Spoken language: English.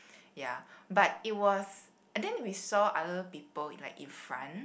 ya but it was I think we saw other people like in front